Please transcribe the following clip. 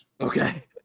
okay